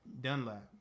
Dunlap